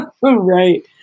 Right